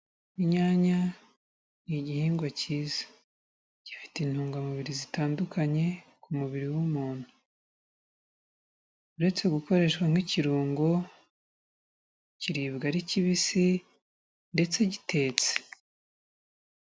Inyanya ni igihingwa cyiza, gifite intungamubiri zitandukanye ku mubiri w'umuntu, uretse gukoreshwa nk'ikirungo kiribwa ari kibisi ndetse gitetse.